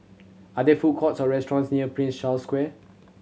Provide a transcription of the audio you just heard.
are there food courts or restaurants near Prince Charles Square